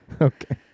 Okay